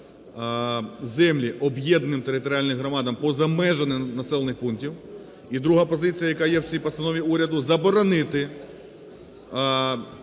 землі об'єднаним територіальним громадам поза межами населених пунктів. І друга позиція, яка є в цій постанові уряду, заборонити